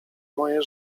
moje